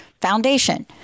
Foundation